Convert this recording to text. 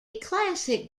classic